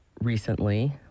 recently